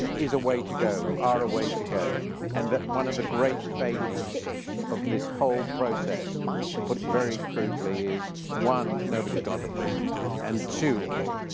is a way to go, are a way to go and that one of the great failings of this whole process to put it very crudely is one, nobody's going to prison and two,